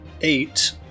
eight